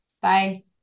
Bye